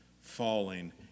falling